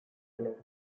dennoch